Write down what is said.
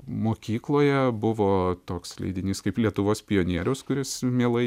mokykloje buvo toks leidinys kaip lietuvos pionierius kuris mielai